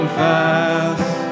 fast